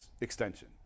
extension